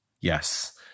Yes